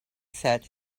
said